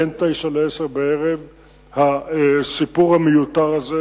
בין 21:00 ל-22:00 הסיפור המיותר הזה